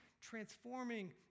transforming